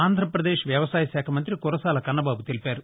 ఆంద్రపదేశ్ వ్యవసాయ శాఖ మంతి కురసాల కన్నబాబు తెలిపారు